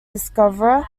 discoverer